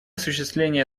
осуществление